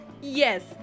Yes